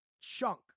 chunk